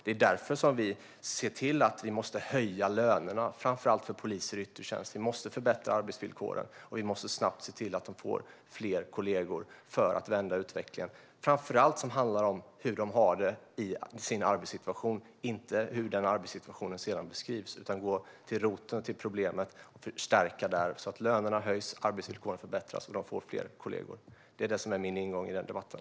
Det är därför vi måste höja lönerna, framför allt för poliser i yttre tjänst. Vi måste förbättra arbetsvillkoren, och vi måste snabbt se till att de får fler kollegor för att vända utvecklingen - framför allt den som handlar om hur de har det i sin arbetssituation, inte om hur den arbetssituationen beskrivs. Vi måste gå till roten med problemet och förstärka så att lönerna höjs, arbetsvillkoren förbättras och de får fler kollegor. Det är min ingång i den debatten.